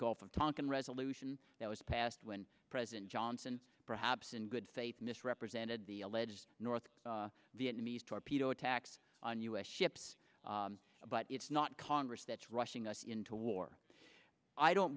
gulf of tonkin resolution that was passed when president johnson perhaps in good faith misrepresented the alleged north vietnamese torpedo attacks on u s ships but it's not congress that's rushing us into war i don't